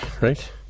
right